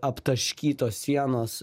aptaškytos sienos